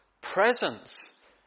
presence